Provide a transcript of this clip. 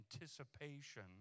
anticipation